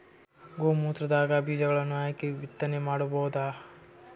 ಗೋ ಮೂತ್ರದಾಗ ಬೀಜಗಳನ್ನು ಹಾಕಿ ಬಿತ್ತನೆ ಮಾಡಬೋದ?